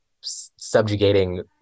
subjugating